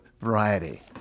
variety